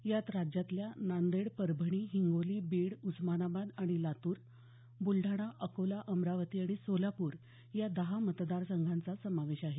यात राज्यातल्या नांदेड परभणी हिंगोली बीड उस्मानाबाद आणि लातूर बुलडाणा अकोला अमरावती आणि सोलापूर या दहा मतदारसंघाचा समावेश आहे